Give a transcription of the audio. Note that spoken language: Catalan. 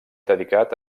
dedicat